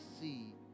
see